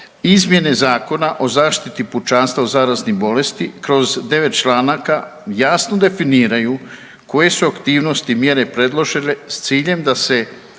Izmjene Zakona o zaštiti pučanstva od zaraznih bolesti kroz 9 članaka jasno definiraju koje su aktivnosti i mjere predložene s ciljem da se